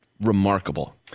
remarkable